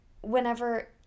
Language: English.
whenever